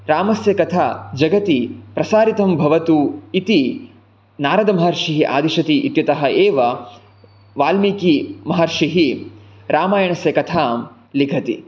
रामस्य कथा जगति प्रसारितं भवतु इति नारदमहर्षिः आदिशति इत्यतः एव वाल्मीकिमहर्षिः रामायणस्य कथां लिखति